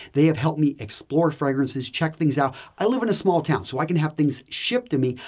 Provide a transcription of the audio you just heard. they have helped me explore fragrances, check things out. i live in a small town, so i can have things shipped to me.